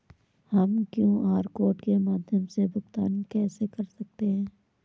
हम QR code के माध्यम से भुगतान कैसे कर सकते हैं?